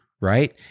right